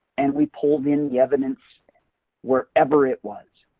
and we pulled in the evidence wherever it was.